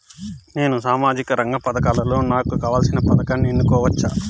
నేను సామాజిక రంగ పథకాలలో నాకు కావాల్సిన పథకాన్ని ఎన్నుకోవచ్చా?